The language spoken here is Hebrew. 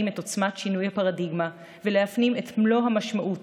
את עוצמת שינוי הפרדיגמה ולהפנים את מלוא המשמעות